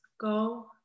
go